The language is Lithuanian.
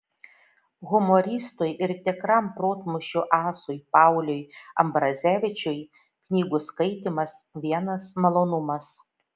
humoristui ir tikram protmūšių asui pauliui ambrazevičiui knygų skaitymas vienas malonumas